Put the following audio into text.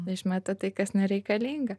išmeta tai kas nereikalinga